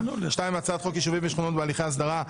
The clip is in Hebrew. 2. הצעת חוק יישובים ושכונות בהליכי הסדרה,